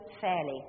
fairly